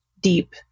deep